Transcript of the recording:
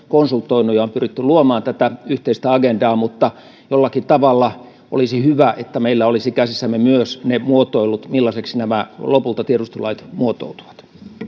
konsultoinut ja on pyritty luomaan tätä yhteistä agendaa mutta jollakin tavalla olisi hyvä että meillä olisi käsissämme myös ne muotoilut millaiseksi lopulta nämä tiedustelulait muotoutuvat